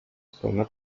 pełna